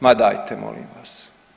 Ma dajte molim vas!